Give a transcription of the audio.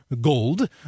gold